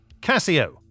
Casio